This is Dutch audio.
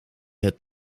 het